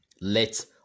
let